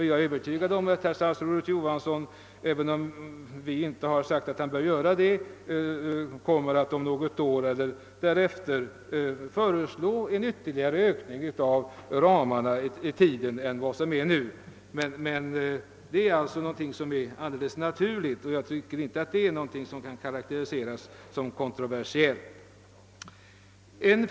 Jag är övertygad om att statsrådet Johansson om något år kommer att föreslå en ökning av tidsramarna, även om vi inte speciellt har sagt till honom att göra det. Det är en helt naturlig sak, som jag inte tycker att man kan karakterisera som kontroversiell.